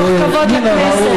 מתוך כבוד לכנסת.